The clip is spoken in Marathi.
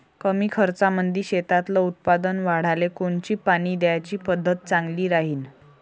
कमी खर्चामंदी शेतातलं उत्पादन वाढाले कोनची पानी द्याची पद्धत चांगली राहीन?